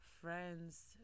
friends